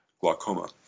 glaucoma